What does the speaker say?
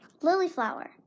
Lilyflower